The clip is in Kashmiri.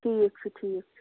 ٹھیٖک چھُ ٹھیٖک چھُ